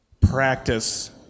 practice